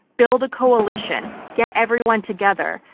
build a coalition. get everyone together.